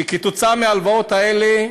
שכתוצאה מההלוואות האלה,